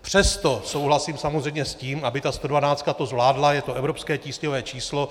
Přesto souhlasím samozřejmě s tím, aby ta stodvanáctka to zvládla, je to evropské tísňové číslo.